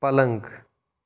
پلنٛگ